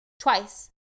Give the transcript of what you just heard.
twice